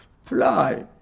Fly